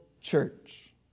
church